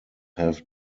have